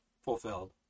fulfilled